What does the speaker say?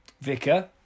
vicar